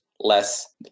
less